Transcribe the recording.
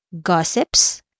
gossips